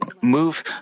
move